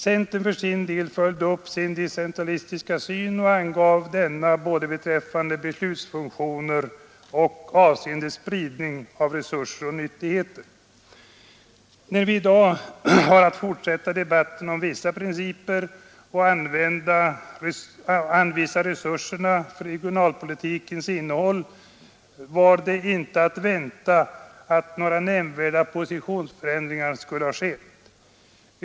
Centerpartiet för sin del följde upp sin decentralistiska syn både beträffande beslutsfunktioner och avseende spridningen av resurser och nyttigheter. När vi i dag har att fortsätta debatten om vissa principer och anvisa resurser för regionalpolitikens innehåll var det inte väntat att det skulle ha skett några nämnvärda positionsförändringar.